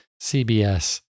CBS